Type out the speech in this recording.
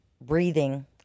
breathing